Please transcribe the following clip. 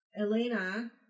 Elena